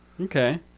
Okay